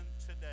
today